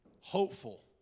hopeful